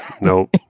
Nope